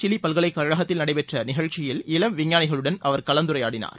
Chile பல்கலைக்கழகத்தில் நடைபெற்ற நிகழ்ச்சியில் அதை தொடர்ந்து இளம் விஞ்ஞானிகளுடன் அவர் கலந்துரையாடினார்